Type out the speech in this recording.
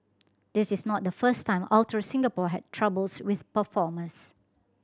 this is not the first time Ultra Singapore had troubles with performers